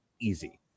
easy